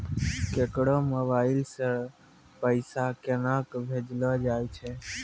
केकरो मोबाइल सऽ पैसा केनक भेजलो जाय छै?